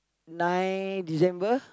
nine December